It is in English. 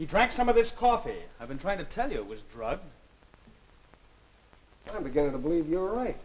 he drank some of this coffee i've been trying to tell you it was doctor i'm beginning to believe you're right